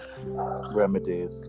remedies